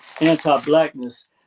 anti-blackness